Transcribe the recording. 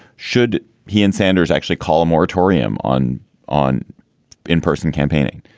should he and sanders actually call a moratorium on on in-person campaigning?